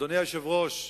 אדוני היושב-ראש,